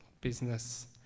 business